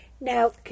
Now